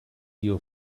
you